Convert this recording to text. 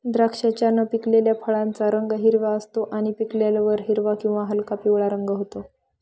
द्राक्षाच्या न पिकलेल्या फळाचा रंग हिरवा असतो आणि पिकल्यावर हिरवा किंवा हलका पिवळा होतो